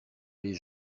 les